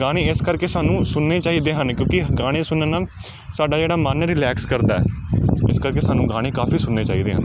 ਗਾਣੇ ਇਸ ਕਰਕੇ ਸਾਨੂੰ ਸੁਣਨੇ ਚਾਹੀਦੇ ਹਨ ਕਿਉਂਕਿ ਗਾਣੇ ਸੁਣਨ ਨਾਲ ਸਾਡਾ ਜਿਹੜਾ ਮਨ ਰਿਲੈਕਸ ਕਰਦਾ ਇਸ ਕਰਕੇ ਸਾਨੂੰ ਗਾਣੇ ਕਾਫੀ ਸੁਣਨੇ ਚਾਹੀਦੇ ਆ